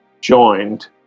joined